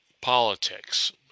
politics